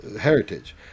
heritage